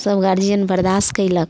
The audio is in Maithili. सभ गार्जियन बर्दाश्त कयलक